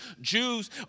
Jews